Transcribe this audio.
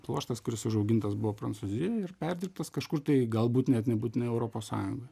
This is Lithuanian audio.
pluoštas kuris užaugintas buvo prancūzijoj ir perdirbtas kažkur tai galbūt net nebūtinai europos sąjungoj